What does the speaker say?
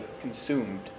consumed